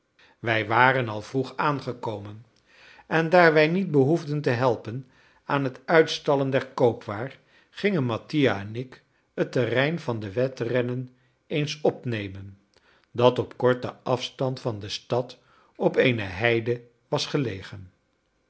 wij waren al vroeg aangekomen en daar wij niet behoefden te helpen aan het uitstallen der koopwaar gingen mattia en ik het terrein van de wedrennen eens opnemen dat op korten afstand van de stad op eene heide was gelegen